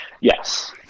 Yes